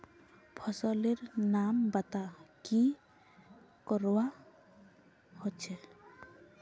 फसल लेर नाम बता की करवा होचे?